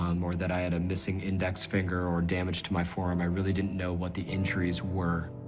um or that i had a missing index finger or damage to my forearm. i really didn't know what the injuries were.